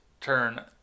turn